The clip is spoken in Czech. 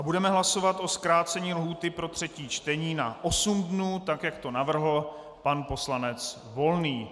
Budeme hlasovat o zkrácení lhůty pro třetí čtení na osm dnů, tak jak to navrhl pan poslanec Volný.